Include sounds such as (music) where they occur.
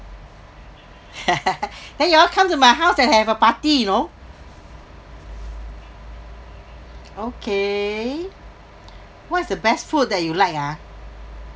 (laughs) then you all come to my house and have a party you know okay what is the best food that you like ah